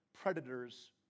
predators